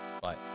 Bye